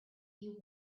you